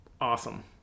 awesome